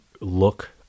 look